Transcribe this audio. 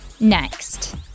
Next